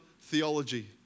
theology